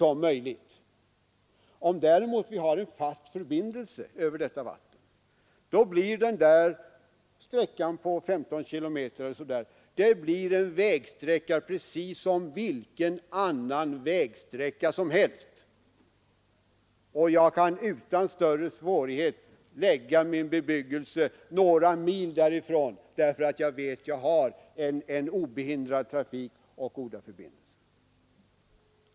Om vi däremot har en fast förbindelse över detta vatten, blir denna sträcka på 15 km likvärdig med vilken annan vägsträcka som helst. Jag kan utan större svårighet lägga min bebyggelse några mil från detta vatten, eftersom jag vet att jag har goda förbindelser och möjligheter till obehindrad trafik.